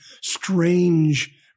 strange